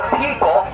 people